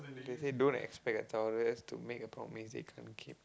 they say don't expect a Taurus to make a promise they can't keep